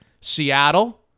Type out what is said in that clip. Seattle